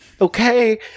Okay